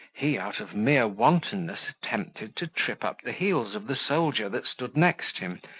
he, out of mere wantonness, attempted to trip up the heels of the soldier that stood next him,